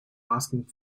asking